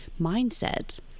mindset